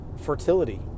fertility